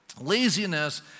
Laziness